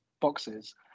boxes